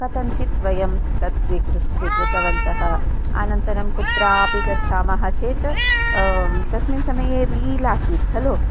कथञ्चित् वयं तत् स्वीकृत्य स्वीकृतवन्तः अनन्तरं कुत्रापि गच्छामः चेत् तस्मिन् समये रील् आसीत् खलु